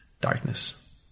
darkness